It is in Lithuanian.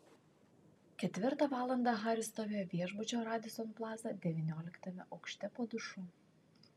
ketvirtą valandą haris stovėjo viešbučio radisson plaza devynioliktame aukšte po dušu